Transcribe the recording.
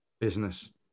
Business